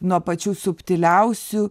nuo pačių subtiliausių